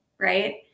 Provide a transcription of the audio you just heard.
right